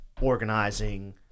organizing